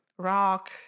Rock